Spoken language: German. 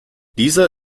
dieser